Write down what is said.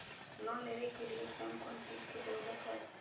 Loan लेबे के लिए कौन कौन चीज के जरूरत है?